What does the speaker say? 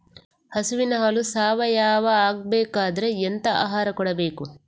ಹಸುವಿನ ಹಾಲು ಸಾವಯಾವ ಆಗ್ಬೇಕಾದ್ರೆ ಎಂತ ಆಹಾರ ಕೊಡಬೇಕು?